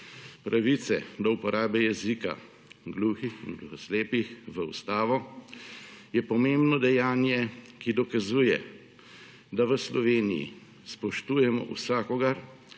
pravice do uporabe jezika gluhih in gluho slepih v Ustavo, je pomembno dejanje, ki dokazuje, da v Sloveniji spoštujemo vsakogar,